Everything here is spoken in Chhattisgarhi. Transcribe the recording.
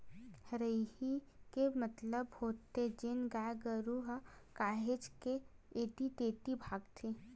हरही के मतलब होथे जेन गाय गरु ह काहेच के ऐती तेती भागथे